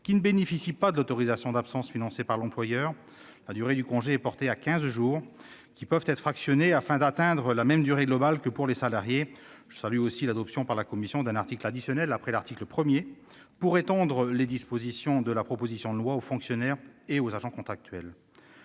qui ne bénéficient pas de l'autorisation d'absence financée par l'employeur, la durée du congé est portée à quinze jours et peut être fractionnée, de manière à atteindre la même durée globale que celle qui est accordée aux salariés. Je salue aussi l'adoption par la commission d'un article additionnel après l'article 1, qui prévoit d'étendre les dispositions de la proposition de loi aux fonctionnaires et aux agents contractuels.